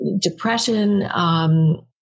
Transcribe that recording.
Depression